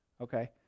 okay